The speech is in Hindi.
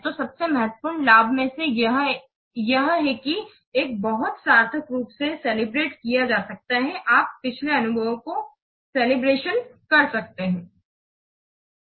तो सबसे महत्वपूर्ण लाभ में से एक यह है कि यह बहुत सार्थक रूप से कैलिब्रेट किया जा सकता है आप पिछले अनुभव को कैलिब्रेशन कर सकते हैं